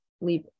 leave